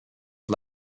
was